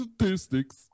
statistics